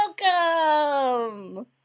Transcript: Welcome